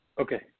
Okay